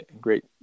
great